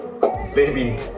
baby